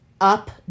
up